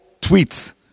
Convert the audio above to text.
tweets